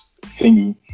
thingy